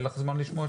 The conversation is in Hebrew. אז,